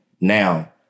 now